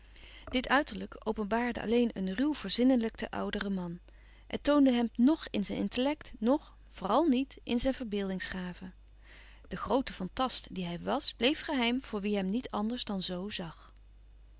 dit uiterlijk openbaarde alleen een ruw verzinnelijkten ouderen man het toonde hem noch in zijn intellect noch vooral niet in zijn verbeeldingsgave de groote fantast die hij was bleef geheim voor wie hem niet anders dan zo zag